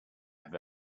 have